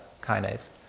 kinase